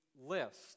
list